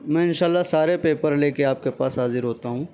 میں ان شاء اللہ سارے پیپر لے کے آپ کے پاس حاضر ہوتا ہوں